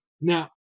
Now